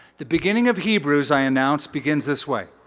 the beginning of hebrews, i announced, begins this way.